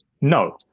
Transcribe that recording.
no